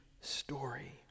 story